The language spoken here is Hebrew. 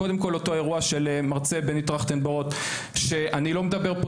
קודם כל אותו אירוע של מרצה בני טרכטנברוט שאני לא מדבר פה